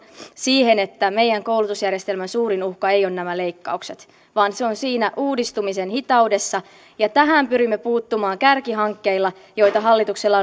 siihen että meidän koulutusjärjestelmämme suurin uhka ei ole nämä leikkaukset vaan se on siinä uudistumisen hitaudessa ja tähän pyrimme puuttumaan kärkihankkeilla joita hallituksella